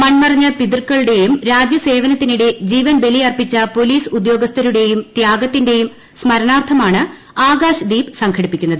മൺമറഞ്ഞ പിതൃക്കളുടേയും രാജ്യസേവനത്തിനിടെ ജീവൻ ബലി അർപ്പിച്ച പൊലീസ് ഉദ്യോഗസ്ഥരുടെയും ത്യാഗത്തിന്റെയും സ്മരണാർത്ഥമാണ് ആകാശ്ദീപ് സംഘടിപ്പിക്കുന്നത്